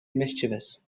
mischievous